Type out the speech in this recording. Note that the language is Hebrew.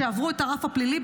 שעברו את הרף הפלילי.